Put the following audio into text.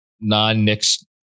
non-Nicks